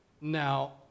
Now